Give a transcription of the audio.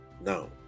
now